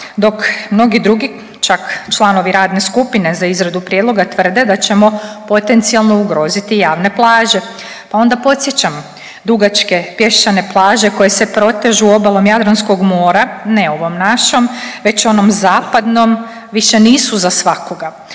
dok mnogi drugi čak članovi radne skupine za izradu prijedloga tvrde da ćemo potencijalno ugroziti javne plaže. Pa onda podsjećam dugačke pješčane plaže koje se protežu obalom Jadranskog mora ne ovom našom već onom zapadnom više nisu za svakoga.